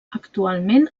actualment